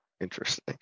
interesting